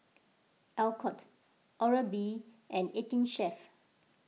Alcott Oral B and eighteen Chef